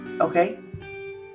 Okay